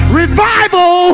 revival